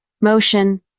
motion